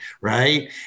right